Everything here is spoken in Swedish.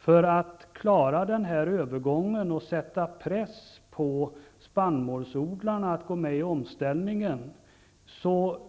För att klara övergången och sätta press på spannmålsodlarna att delta i omställningen